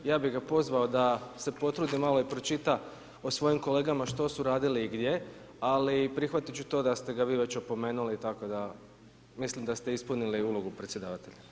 Ja bih ga pozvao da se potrudi malo i pročita o svojim kolegama što su radili i gdje, ali prihvatit ću da ste ga vi već opomenuli tako mislim da ste ispunili ulogu predsjedavatelja.